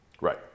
Right